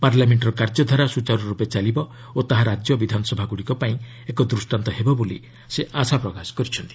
ପାର୍ଲାମେଷ୍ଟର କାର୍ଯ୍ୟଧାରା ସୁଚାରୁର୍ପେ ଚାଲିବ ଓ ତାହା ରାଜ୍ୟ ବିଧାନସଭାଗୁଡ଼ିକପାଇଁ ଏକ ଦୃଷ୍ଟାନ୍ତ ହେବ ବୋଲି ସେ ଆଶା ପ୍ରକାଶ କରିଛନ୍ତି